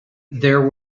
there